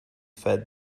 fed